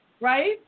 Right